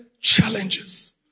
challenges